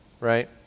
right